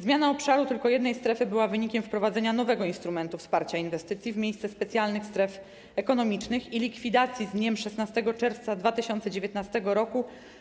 Zmiana obszaru tylko jednej strefy była wynikiem wprowadzenia nowego instrumentu wsparcia inwestycji w miejsce specjalnych stref ekonomicznych i likwidacji z dniem 16 czerwca 2019 r.